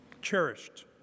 cherished